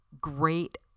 great